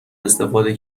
استفاده